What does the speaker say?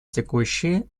текущие